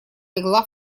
легла